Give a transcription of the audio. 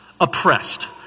oppressed